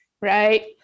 Right